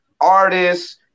artists